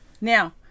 Now